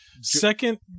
second